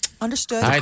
Understood